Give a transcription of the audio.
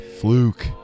fluke